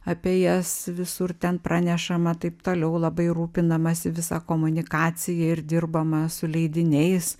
apie jas visur ten pranešama taip toliau labai rūpinamasi visa komunikacija ir dirbama su leidiniais